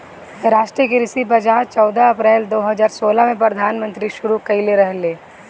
राष्ट्रीय कृषि बाजार चौदह अप्रैल दो हज़ार सोलह में प्रधानमंत्री शुरू कईले रहले